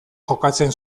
jokatzen